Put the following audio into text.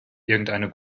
irgendeine